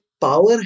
power